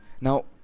Now